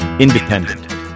Independent